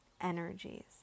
energies